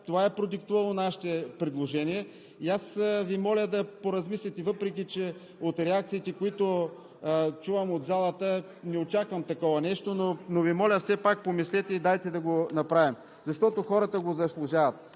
Това е продиктувало нашите предложения и аз Ви моля да поразмислите, въпреки че от реакциите, които чувам от залата, не очаквам такова нещо. Но Ви моля – все пак помислете и дайте да го направим, защото хората го заслужават,